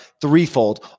threefold